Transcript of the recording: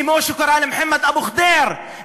כמו שקרה למוחמד אבו ח'דיר,